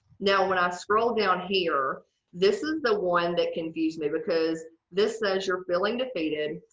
now, when i scroll down here this is the one that confuse me. because this says you're feeling defeated.